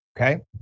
okay